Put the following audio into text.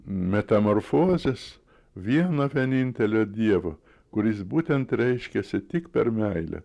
metamorfozės vieno vienintelio dievo kuris būtent reiškiasi tik per meilę